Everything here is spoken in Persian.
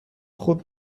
خوب